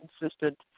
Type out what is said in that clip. consistent